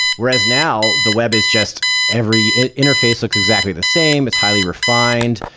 whereas now, the web is just every interface looks exactly the same. it's highly refined.